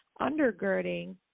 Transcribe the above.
undergirding